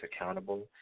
accountable